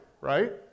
right